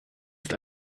ist